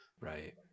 right